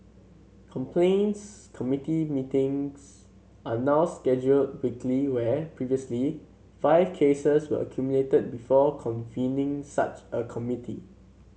complaints committee meetings are now scheduled weekly where previously five cases were accumulated before convening such a committee